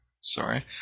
sorry